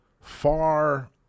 far